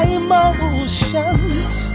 emotions